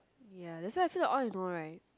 ya that's why I feel like all the more right